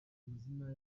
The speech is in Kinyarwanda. amazina